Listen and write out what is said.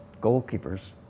goalkeepers